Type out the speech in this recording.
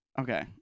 Okay